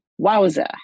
Wowza